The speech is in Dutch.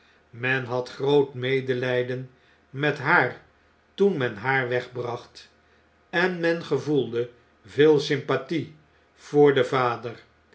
men had groot medeljjden met haar toen men haar wegbracht en men gevoelde veel sympathie voor den vader